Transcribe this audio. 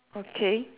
okay